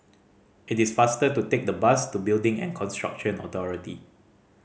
it is faster to take the bus to Building and Construction Authority